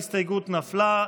ההסתייגות נפלה.